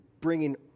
bringing